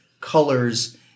colors